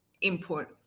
input